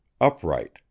upright